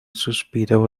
suspiro